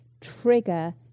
trigger